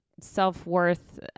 self-worth